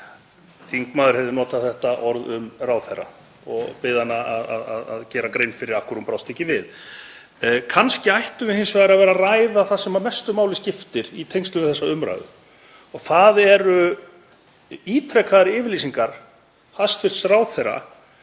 þingmaður hefði notað þetta orð um ráðherra og bið hana að gera grein fyrir því af hverju hún brást ekki við. Kannski ættum við að vera að ræða það sem mestu máli skiptir í tengslum við þessa umræðu og það eru ítrekaðar yfirlýsingar hæstv. ráðherra